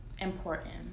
important